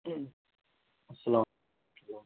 السلام